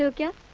so get